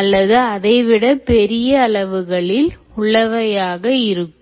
அல்லது அதைவிட பெரிய அளவுகளில் உள்ளவையாக இருக்கும்